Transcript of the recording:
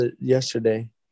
yesterday